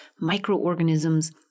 microorganisms